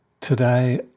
Today